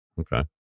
okay